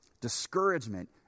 Discouragement